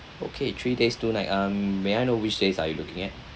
okay three days two night um may I know which days are you looking at